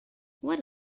what